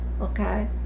okay